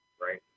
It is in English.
right